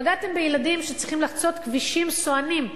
פגעתם בילדים שצריכים לחצות כבישים סואנים.